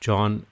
John